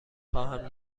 خواهم